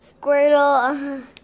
Squirtle